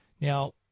Now